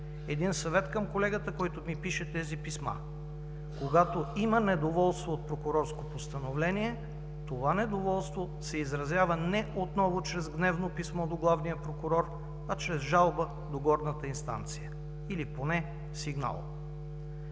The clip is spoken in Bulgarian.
Един съвет към колегата, който ми пише тези писма. Когато има недоволство от прокурорско постановление, това недоволство се изразява не отново чрез гневно писмо до главния прокурор, а чрез жалба до горната инстанция или поне сигнал.